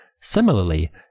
Similarly